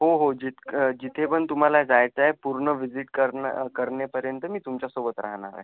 हो हो जित जिथेपन तुम्हाला जायचंय पूर्ण व्हिजिट करनं करनेपर्यंत मी तुमच्यासोबत राहनाराय